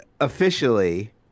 officially